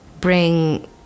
bring